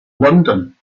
london